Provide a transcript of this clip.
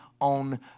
on